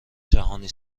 جهانی